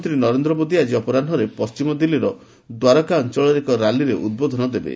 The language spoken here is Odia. ପ୍ରଧାନମନ୍ତ୍ରୀ ନରେନ୍ଦ୍ର ମୋଦୀ ଆକି ଅପରାହୁରେ ପଶ୍ଚିମ ଦିଲ୍ଲୀର ଦ୍ୱାରକା ଅଞ୍ଚଳରେ ଏକ ର୍ୟାଲିରେ ଉଦ୍ବୋଧନ ଦେବେ